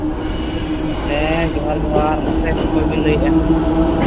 ᱦᱮᱸ ᱡᱚᱦᱟᱨ ᱡᱚᱸᱦᱟᱨ ᱢᱟᱥᱮ ᱚᱠᱚᱭ ᱵᱤᱱ ᱞᱟᱹᱭᱮᱸᱫᱼᱟ